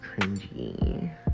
cringy